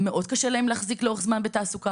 מאוד קשה להם להחזיק לאורך זמן בתעסוקה.